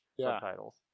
subtitles